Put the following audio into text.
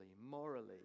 morally